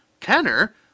Kenner